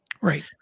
Right